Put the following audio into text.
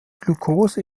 glucose